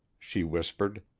she whispered.